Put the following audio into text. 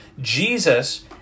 Jesus